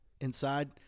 inside